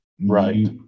Right